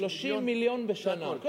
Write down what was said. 30 מיליון בשנה.